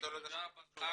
אוקיי